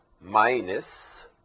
minus